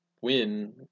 win